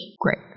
Great